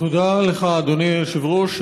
תודה לך, אדוני היושב-ראש.